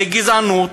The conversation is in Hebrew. זו גזענות,